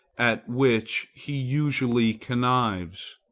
at which he usually connives,